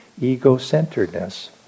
ego-centeredness